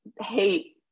hate